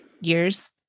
years